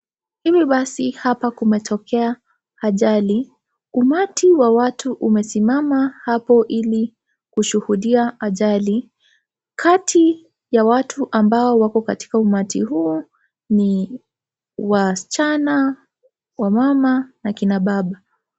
Hivyo basi hapa kumetokea ajali, umati wa watu umesimama hapo ili kushuhudia ajali kati ya watu ambao wako katika umati huo ni wasichana wamama na kina baba.